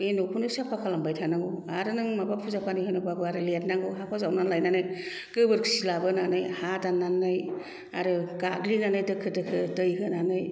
बे न'खौनो साफा खालामबाय थानांगौ आरो नों माबा फुजा फानि होनोबाबो आरो लिरनांगौ हाखौ जावनानै जावनानै गोबोरखि लाबोनानै हा दान्नानै आरो गाग्लिनानै दोखो दोखो दै होनानै